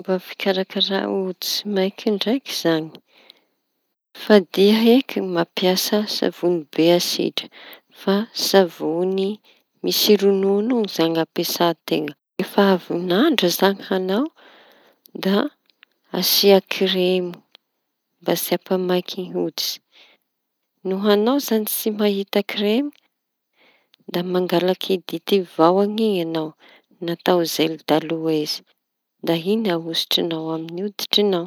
Ny fomba fikarakara hoditsy maiky ndraiky zañy. Fadia eky ny mampiasa savoñy be asidra fa savoñy misy roñono io zañy ampiasa-teña. No avy nandro zañy añao da asia kiremy rmba tsy ampamaiky hoditsy no añao zañy. Tsy mahita kiremy da mangalaky dity vaona iñy añao n- atao zely daloesy da iñy ahositriñao amy hoditriñao.